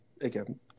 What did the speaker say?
again